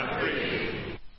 free